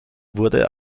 wurde